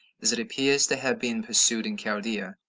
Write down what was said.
as it appears to have been pursued in chaldea,